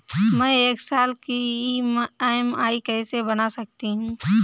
मैं एक साल की ई.एम.आई कैसे बना सकती हूँ?